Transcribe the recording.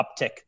uptick